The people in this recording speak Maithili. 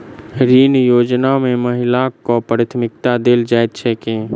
ऋण योजना मे महिलाकेँ प्राथमिकता देल जाइत छैक की?